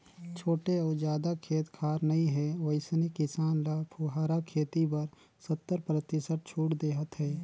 छोटे अउ जादा खेत खार नइ हे वइसने किसान ल फुहारा खेती बर सत्तर परतिसत छूट देहत हे